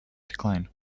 decline